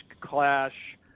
clash—